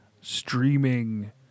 streaming